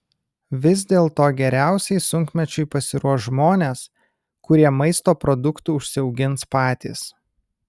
vis dėlto geriausiai sunkmečiui pasiruoš žmonės kurie maisto produktų užsiaugins patys